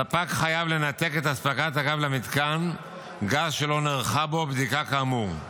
ספק גז חייב לנתק את אספקת הגז למתקן גז שלא נערכה בו בדיקה כאמור.